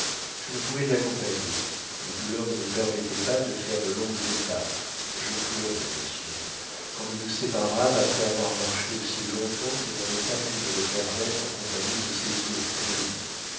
je ne pouvais l'accompagner mes douleurs ne me permettaient pas de faire de longues étapes je pleurai monsieur quand nous nous séparâmes après avoir marché aussi long-temps que mon état put me le permettre en compagnie de ses ours et de lui